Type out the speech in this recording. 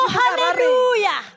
hallelujah